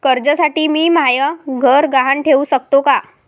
कर्जसाठी मी म्हाय घर गहान ठेवू सकतो का